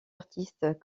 artistes